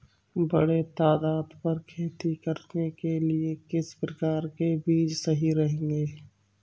बड़े तादाद पर खेती करने के लिए किस प्रकार के बीज सही रहेंगे?